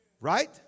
Right